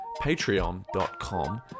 patreon.com